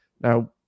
Now